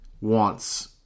wants